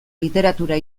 literatura